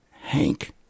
Hank